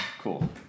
cool